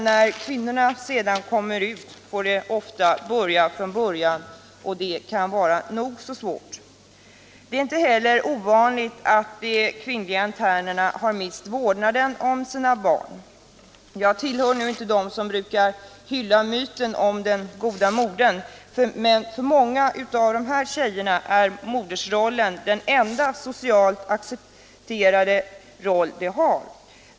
När kvinnorna sedan kommer ut får de ofta börja från början, och det kan vara nog så svårt. Det är inte heller ovanligt att de kvinnliga internerna har mist vårdnaden om sina barn. Jag tillhör nu inte dem som brukar hylla myten om den goda modern, men för många av de här tjejerna är modersrollen den enda socialt accepterade roll de har.